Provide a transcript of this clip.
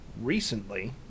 recently